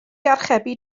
archebu